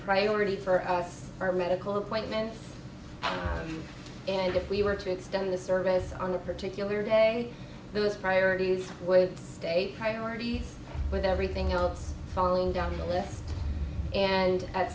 priority for us for medical appointments and if we were to extend the service on a particular day those priorities would stay priorities with everything else falling down the list and at